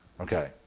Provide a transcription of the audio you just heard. Okay